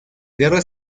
guerra